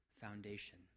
foundation